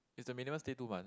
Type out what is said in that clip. is the minimum stay two month